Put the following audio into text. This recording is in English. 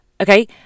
Okay